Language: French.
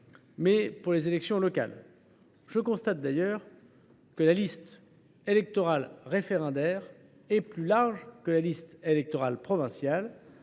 pour les élections locales. Je constate d’ailleurs que la liste électorale « référendaire » est plus large que la liste électorale « provinciale